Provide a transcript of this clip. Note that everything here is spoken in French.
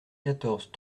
quatorze